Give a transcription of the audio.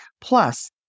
Plus